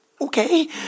okay